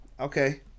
Okay